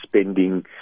spending